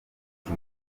ati